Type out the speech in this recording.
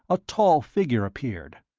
a tall figure appeared,